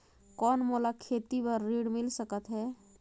कौन मोला खेती बर ऋण मिल सकत है?